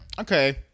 okay